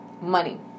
money